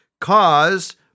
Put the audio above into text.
caused